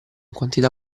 quantità